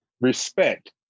Respect